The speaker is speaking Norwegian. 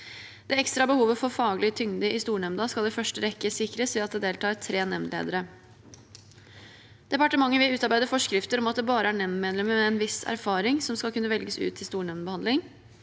Det ekstra behovet for faglig tyngde i stornemnda skal i første rekke sikres ved at det deltar tre nemndledere. Departementet vil utarbeide forskrifter om at det bare er nemndmedlemmer med en viss erfaring som skal kunne velges ut til stornemndbehandling.